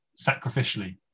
sacrificially